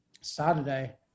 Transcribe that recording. Saturday